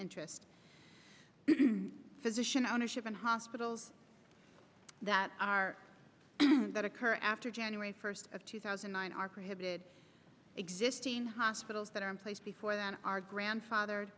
interest physician ownership in hospitals that are that occur after january first of two thousand and nine are prohibited existing hospitals that are in place before they are grandfathered